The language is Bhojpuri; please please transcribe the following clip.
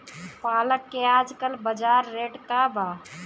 पालक के आजकल बजार रेट का बा?